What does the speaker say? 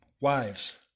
wives